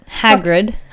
Hagrid